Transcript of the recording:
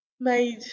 made